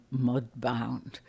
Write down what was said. Mudbound